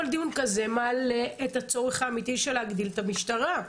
כל דיון כזה מעלה את הצורך האמיתי של להגדיל את המשטרה.